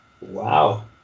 Wow